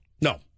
No